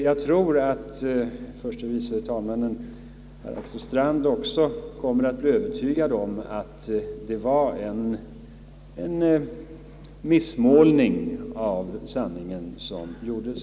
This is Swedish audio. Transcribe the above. Jag tror att herr förste vice talmannen Strand också kommer att bli övertygad om att det var en missmålning av sanningen som gjordes.